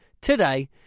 today